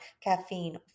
caffeine